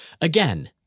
Again